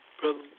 Brother